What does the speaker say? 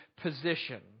position